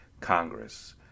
Congress